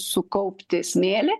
sukaupti smėlį